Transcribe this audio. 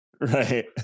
Right